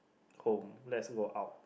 home let's go out